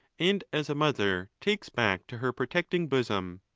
and as a mother takes back to her protecting bosom.